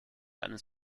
eines